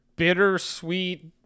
bittersweet